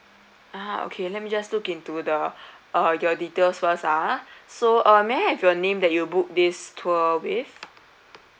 ah okay let me just looking into the uh your details first ah so uh may I have your name that you booked this tour with